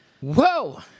Whoa